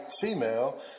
female